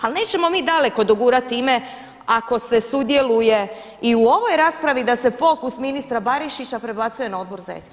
Ali nećemo mi daleko dogurati time ako se sudjeluje i u ovoj raspravi da se fokus ministra Barišića prebacuje na Odbor za etiku.